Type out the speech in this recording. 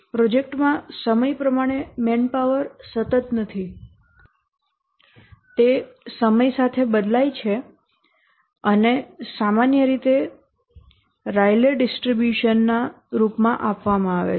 પ્રોજેક્ટમાં સમય પ્રમાણે મેનપાવર સતત નથી તે સમય સાથે બદલાય છે અને સામાન્ય રીતે રાયલેહ ડિસ્ટ્રીબ્યુશન ના રૂપમાં આપવામાં આવે છે